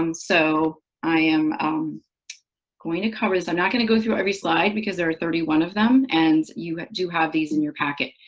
um so i am going to cover this. i'm not going to go through every slide because there are thirty one of them, and you do have these in your packet.